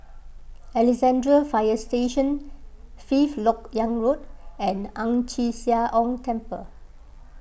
Alexandra Fire Station Fifth Lok Yang Road and Ang Chee Sia Ong Temple